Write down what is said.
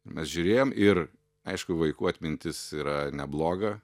mes žiūrėjom ir aišku vaikų atmintis yra nebloga